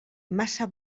massa